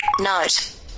Note